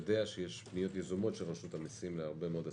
יודע שיש פניות יזומות של רשות המסים להרבה מאוד עסקים.